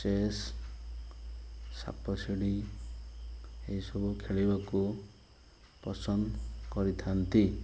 chess ସାପସିଢ଼ି ଏସବୁ ଖେଳିବାକୁ ପସନ୍ଦ କରିଥାନ୍ତି